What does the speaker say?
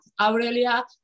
aurelia